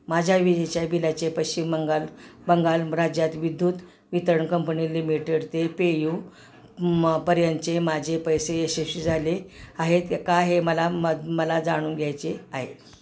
माझ्या विजेच्या बिलाचे पश्चिम बंगाल बंगाल राज्यात विद्युत वितरण कंपनी लिमिटेड ते पेयू म पर्यंतचे माझे पैसे यशस्वी झाले आहेत का हे मला म मला जाणून घ्यायचे आहे